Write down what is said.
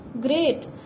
Great